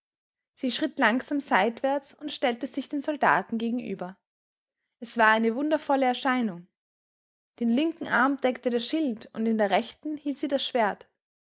sie schritt langsam seitwärts und stellte sich den soldaten gegenüber es war eine wundervolle erscheinung den linken arm deckte der schild und in der rechten hielt sie das schwert